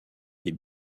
des